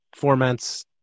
formats